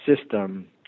system